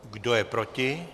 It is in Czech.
Kdo je proti?